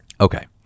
Okay